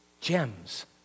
gems